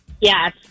Yes